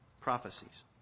prophecies